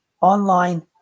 online